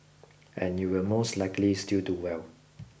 and you will most likely still do well